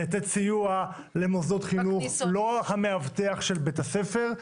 לתת סיוע למוסדות חינוך זה לא המאבטח של בית הספר,